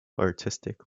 artistic